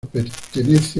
pertenece